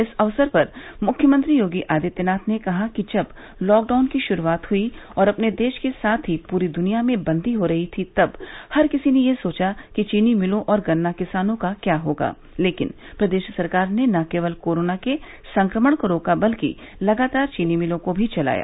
इस अवसर पर मुख्यमंत्री योगी आदित्यनाथ ने कहा कि जब लॉकडाउन की शुरुआत हई और अपने देश के साथ ही पूरी दनिया में बंदी हो रही थी तब हर किसी ने ये सोचा कि चीनी मिलों और गन्ना किसानों का क्या होगा लेकिन प्रदेश सरकार ने न केवल कोरोना के संक्रमण को रोका बल्कि लगातार चीनी मिलों को भी चलाया